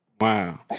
Wow